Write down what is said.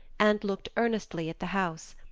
and looked earnestly at the house.